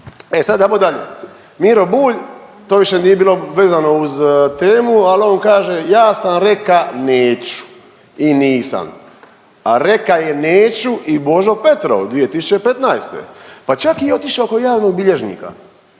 E sad ajmo dalje, Miro Bulj to više nije bilo vezano uz temu, al on kaže ja sam reka neću i nisam, a reka je neću i Božo Petrov 2015., pa čak je otišao kod javnog bilježnika